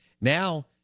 Now